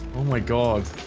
oh my god